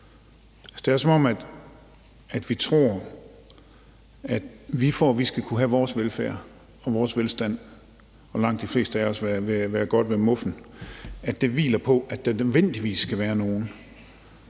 Det er, som om vi tror, at det, at vi skal kunne have vores velfærd og vores velstand og – for langt de fleste af os – være godt ved muffen, hviler på, at der nødvendigvis skal være nogle,